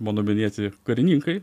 mano minėti karininkai